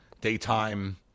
daytime